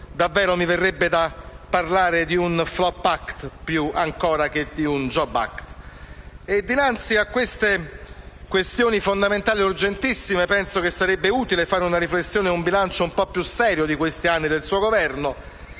davvero mi verrebbe da parlare di un *flop act* più che di un *jobs act*! Dinanzi a queste questioni fondamentali e urgentissime, penso sarebbe utile fare un bilancio un po' più serio degli anni del suo Governo,